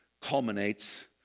Culminates